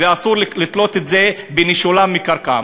ואסור לתלות את זה בנישולם מקרקע.